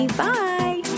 bye